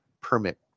permit